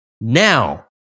Now